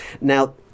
Now